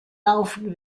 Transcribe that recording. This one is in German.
laufen